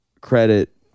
credit